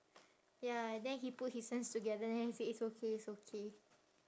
ya then he put his hands together then he say it's okay it's okay